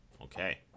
Okay